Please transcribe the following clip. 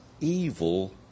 evil